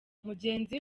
mugenzi